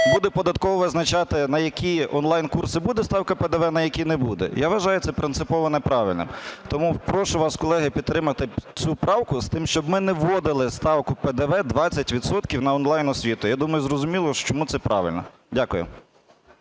буде податкова визначати, на які онлайн-курси буде ставка ПДВ, на які не буде. Я вважаю це принципово неправильним. Тому прошу вас, колеги, підтримати цю правку з тим, щоб ми вводили ставку ПДВ 20 відсотків на онлайн-освіту. Я думаю, зрозуміло, чому це правильно. Дякую.